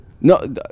No